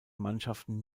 mannschaften